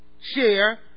share